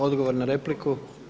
Odgovor na repliku.